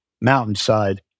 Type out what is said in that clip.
Mountainside